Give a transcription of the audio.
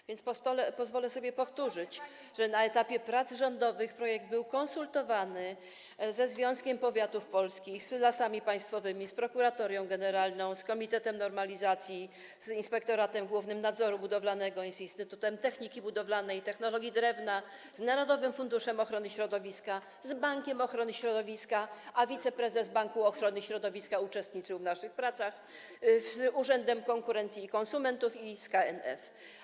A więc pozwolę sobie powtórzyć, że na etapie prac rządowych projekt był konsultowany ze Związkiem Powiatów Polskich, z Lasami Państwowymi, z Prokuratorią Generalną, z komitetem normalizacji, z inspektoratem głównym nadzoru budowlanego, z instytutem techniki budowlanej i technologii drewna, z narodowym funduszem ochrony środowiska, z Bankiem Ochrony Środowiska - a wiceprezes Banku Ochrony Środowiska uczestniczył w naszych pracach - z urzędem konkurencji i konsumentów i z KNF.